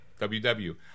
ww